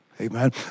Amen